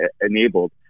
enabled